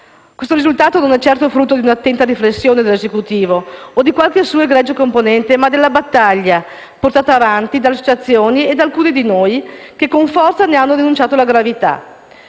Il risultato non è certo frutto di un'attenta riflessione dell'Esecutivo o di qualche suo egregio componente, ma della battaglia portata avanti dalle associazioni e da alcune di noi, che con forza hanno denunciato la gravità